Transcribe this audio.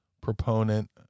proponent